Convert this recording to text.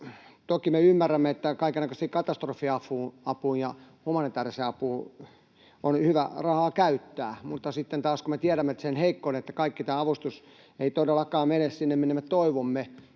Toki me ymmärrämme, että kaikennäköiseen katastrofiapuun ja humanitääriseen apuun on hyvä rahaa käyttää, mutta sitten taas kun me tiedämme sen heikkouden, että kaikki tämä avustus ei todellakaan mene sinne, minne me toivomme,